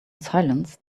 silence